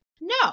no